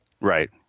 right